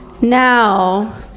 now